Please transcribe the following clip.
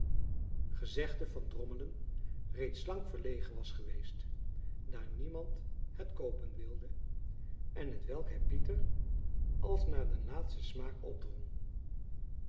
gezegde van drommelen reeds lang verlegen was geweest daar niemand het koopen wilde en t welk hij pieter als naar den laatsten smaak opdrong